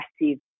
massive